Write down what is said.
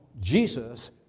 Jesus